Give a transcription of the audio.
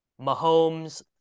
Mahomes